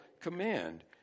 command